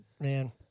Man